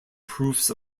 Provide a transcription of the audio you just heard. proofs